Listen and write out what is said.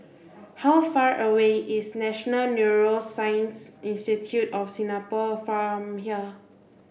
how far away is National Neuroscience Institute of Singapore from here